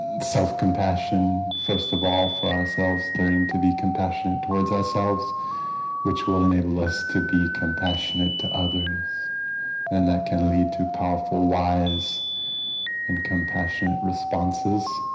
self compassion first of all for ourselves learning to be compassionate towards ourselves which will enable us to be compassionate to others and that can lead to powerful wise and compassionate responses